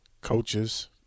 coaches